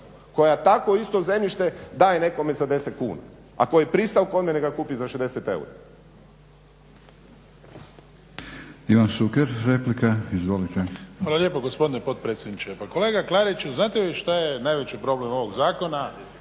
koja takvo isto zemljište daje nekome za 10 kuna a koji je pristao kod mene ga kupiti za 60 eura.